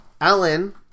Alan